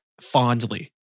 fondly